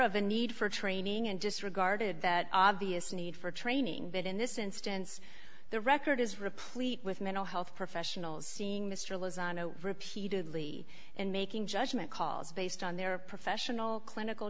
the need for training and disregarded that obvious need for training that in this instance the record is replete with mental health professionals seeing mr lozano repeatedly and making judgment calls based on their professional clinical